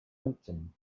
plympton